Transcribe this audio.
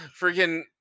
Freaking